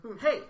Hey